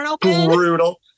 brutal